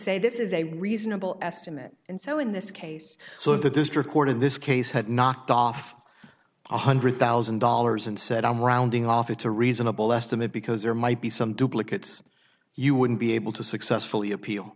say this is a reasonable estimate and so in this case so the district court in this case had knocked off one hundred thousand dollars and said i'm rounding off it's a reasonable estimate because there might be some duplicate you wouldn't be able to successfully appeal